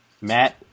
Matt